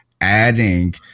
adding